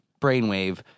brainwave